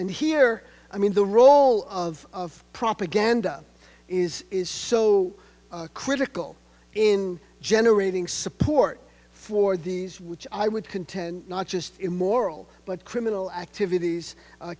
and here i mean the role of propaganda is is so critical in generating support for these which i would contend not just immoral but criminal activities